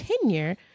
tenure